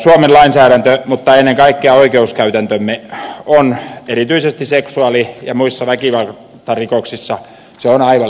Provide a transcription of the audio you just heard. suomen lainsäädäntö mutta ennen kaikkea oikeuskäytäntömme on erityisesti seksuaali ja muissa väkivaltarikoksissa aivan liian löysä